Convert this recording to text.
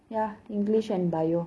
ya english and biology